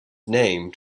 named